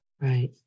Right